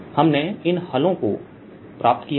हमने इन हलो को प्राप्त किया है